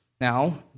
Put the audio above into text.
Now